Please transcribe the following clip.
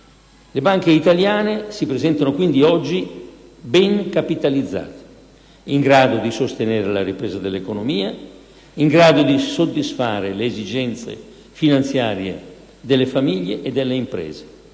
Le banche italiane dunque si presentano oggi ben capitalizzate, in grado di sostenere la ripresa dell'economia ed in grado di soddisfare le esigenze finanziarie delle famiglie e delle imprese.